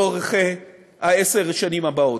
לאורך 10 השנים הבאות.